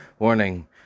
Warning